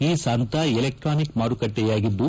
E ಸಾಂತಾ electronic ಮಾರುಕಟ್ಟೆಯಾಗಿದ್ದು